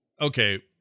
okay